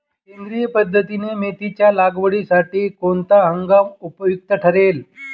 सेंद्रिय पद्धतीने मेथीच्या लागवडीसाठी कोणता हंगाम उपयुक्त ठरेल?